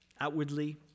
outwardly